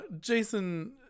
Jason